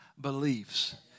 beliefs